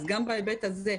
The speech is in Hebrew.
גם בהיבט הזה,